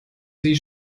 sie